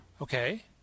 Okay